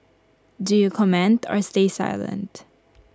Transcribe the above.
do you comment or stay silent